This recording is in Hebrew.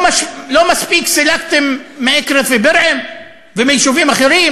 לא מספיק סילקתם מאקרית ובירעם ומיישובים אחרים?